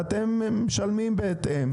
ואתם משלמים בהתאם.